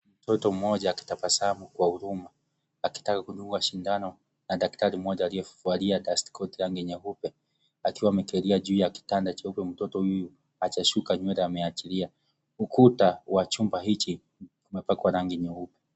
Mtoto mmoja akitabasamu kwa ahuruma, akitaka kudungwa sindano na daktari mmoja aliyevalia dasitikoti ya rangi nyeupe akiwa amekalia juu ya kitanda cheupe. Mtoto huyu hajasuka nywele ameachilia, ukuta wa chumba hichi umepakwa rangi nyeupe.